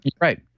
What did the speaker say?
right